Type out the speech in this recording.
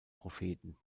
propheten